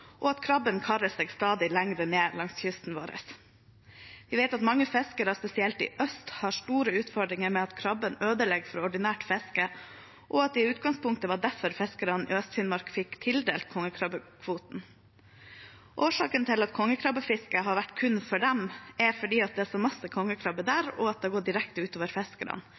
og at den karer seg stadig lenger ned langs kysten vår. Vi vet at mange fiskere, spesielt i øst, har store utfordringer med at krabben ødelegger for ordinært fiske, og at det i utgangspunktet var derfor fiskerne i Øst-Finnmark fikk tildelt kongekrabbekvoter. Årsaken til at kongekrabbefisket har vært kun for dem, er at det er så mye kongekrabbe der, og at det har gått direkte ut over fiskerne.